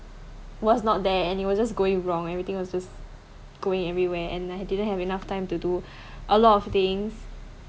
was not there and it was just going wrong everything was just going everywhere and I didn't have enough time to do a lot of things